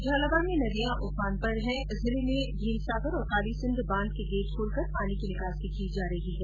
झालावाड़ में नदियां उफान पर है जिले के भीमसागर और कालीसिंध बांध के गेट खोलकर पानी की निकासी की जा रही है